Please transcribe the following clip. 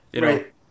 Right